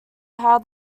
how